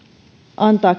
antaa